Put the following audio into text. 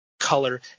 color